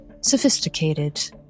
sophisticated